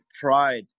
pride